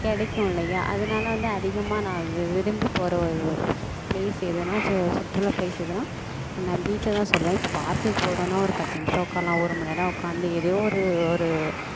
கிடைக்கும் இல்லையா அதனால் வந்து அதிகமாக நான் விரும்பி போகிற ஒரு ப்ளேஸ் எதுனால் சுற்றுலா ப்ளேஸ் எதுனால் நான் பீச்சைதான் சொல்லுவேன் இப்போ பார்க்குக்கு போறோன்னால் ஒரு பத்து நிமிடம் உட்கார்லாம் ஒரு மணிநேரம் உட்காந்து எதோ ஒரு ஒரு